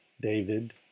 David